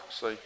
See